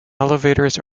elevators